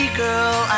girl